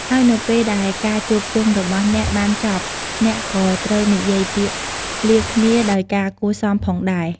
ហើយនៅពេលដែលការជួបជុំរបស់អ្នកបានចប់អ្នកក៏ត្រូវនិយាយពាក្យ លាគ្នាដោយការគួរសមផងដែរ។